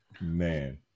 Man